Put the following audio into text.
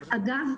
אגב,